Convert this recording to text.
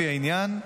לפי העניין,